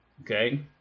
Okay